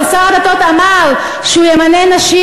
ושר הדתות אמר שהוא ימנה נשים.